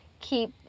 keep